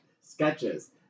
Sketches